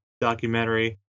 documentary